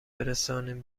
برسانیم